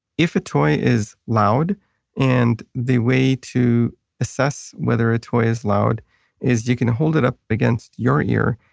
if a toy is loud and the way to assess whether a toy is loud is you can hold it up against your ear,